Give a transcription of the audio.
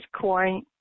coin